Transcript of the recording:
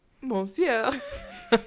monsieur